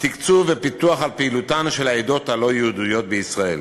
תקצוב ופיקוח על פעילותן של העדות הלא-יהודיות בישראל.